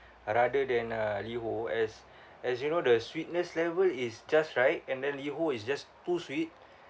rather than uh LiHO as as you know the sweetness level is just right and then LiHO is just too sweet